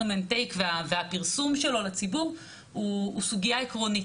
take והפרסום שלו לציבור הוא סוגיה עקרונית.